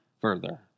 further